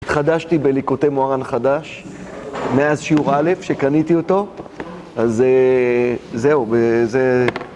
התחדשתי בליקוטי מוהר"ן חדש, מאז שיעור א', שקניתי אותו, אז זהו, זה...